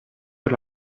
per